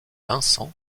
vincent